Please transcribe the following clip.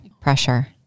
pressure